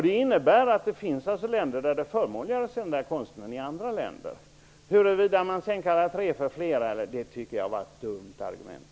Det innebär att det finns länder där det är förmånligare att sälja konst än i andra länder. Huruvida man kallar tre för flera eller inte tycker jag är ett dumt argument.